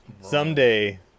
someday